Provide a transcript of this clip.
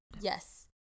Yes